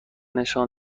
نشان